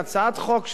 הצעת החוק,